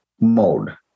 mode